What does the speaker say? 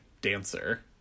dancer